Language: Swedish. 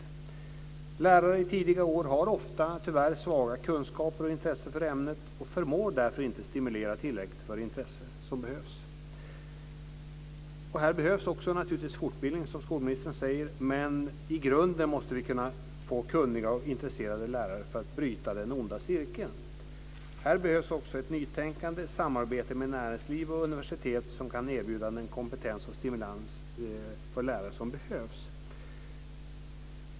Tyvärr har lärare i skolans tidiga år ofta svaga kunskaper i ämnet och ett svagt intresse för det och förmår därför inte att stimulera tillräckligt för att det ska bli det intresse som behövs. Det behövs naturligtvis också fortbildning, som skolministern säger, men i grunden måste vi få kunniga och intresserade lärare för att bryta den onda cirkeln. Det behövs också nytänkande och samarbete med näringsliv och universitet som kan erbjuda den kompetens och stimulans för lärare som behövs.